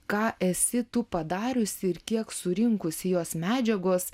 ką esi tu padariusi ir kiek surinkusi jos medžiagos